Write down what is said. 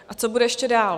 A co bude ještě dál?